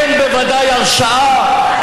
אין בוודאי הרשעה.